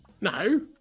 No